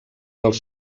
dels